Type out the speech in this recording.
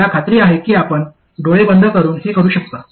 मला खात्री आहे की आपण डोळे बंद करुन हे करू शकता